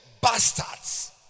bastards